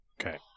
Okay